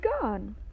gone